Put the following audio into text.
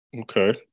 Okay